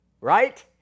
right